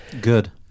Good